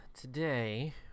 today